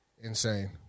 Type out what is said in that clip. Insane